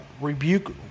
Rebuke